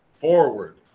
Forward